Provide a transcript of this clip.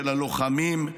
של הלוחמים,